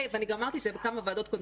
ואני גם אמרתי את זה בכמה ועדות קודמות.